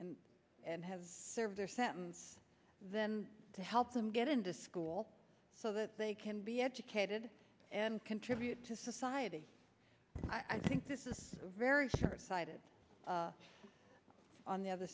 and and have served their sentence than to help them get into school so that they can be educated and contribute to society i think this is a very short sighted on the other